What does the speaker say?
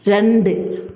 രണ്ട്